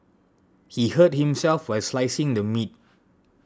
he hurt himself while slicing the meat